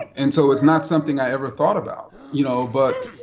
and so it's not something i ever thought about, you know, but,